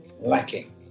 lacking